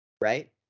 Right